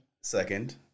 Second